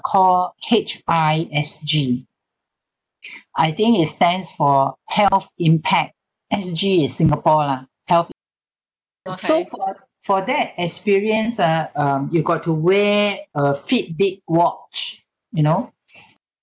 called H_I_S_G I think is stands for health impact S_G is singapore lah health so for for that experience ah um you got to wear a fitbit watch you know